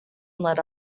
lit